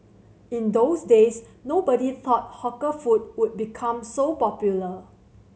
in those days nobody thought hawker food would become so popular